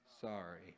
sorry